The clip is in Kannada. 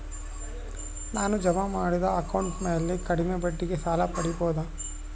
ನಾನು ಜಮಾ ಮಾಡಿದ ಅಕೌಂಟ್ ಮ್ಯಾಲೆ ಕಡಿಮೆ ಬಡ್ಡಿಗೆ ಸಾಲ ಪಡೇಬೋದಾ?